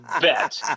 Bet